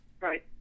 Right